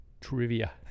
Trivia